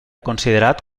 considerat